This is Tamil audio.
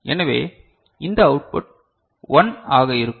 எனவே இந்த அவுட்புட் 1 ஆக இருக்கும்